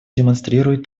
демонстрирует